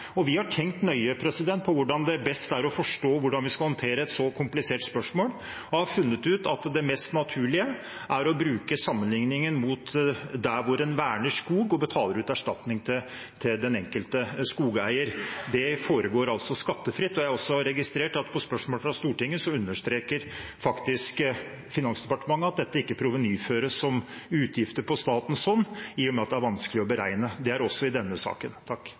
Vi har tenkt nøye på hvordan det best er å forstå hvordan vi skal håndtere et så komplisert spørsmål, og har funnet ut at det mest naturlige er å sammenligne med når en verner skog og betaler ut erstatning til den enkelte skogeier. Det foregår skattefritt, og jeg har også registrert at på spørsmål fra Stortinget understreker faktisk Finansdepartementet at dette ikke provenyføres som utgifter på statens hånd, i og med at det er vanskelig å beregne. Det er det også i denne saken.